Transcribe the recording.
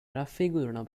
raffigurano